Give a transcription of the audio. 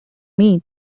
meat